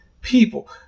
people